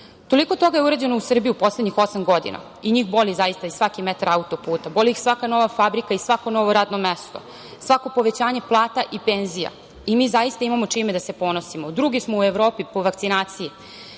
toga je urađeno u Srbiji u poslednjih osam godina i njih boli zaista i svaki metar auto-puta, boli ih svaka nova fabrika i svako novo radno mesto, svako povećanje plata i penzija i mi zaista imamo čime da se ponosimo. Drugi smo u Evropi po vakcinaciji.